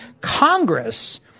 Congress